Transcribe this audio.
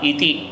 Iti